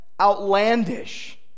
Outlandish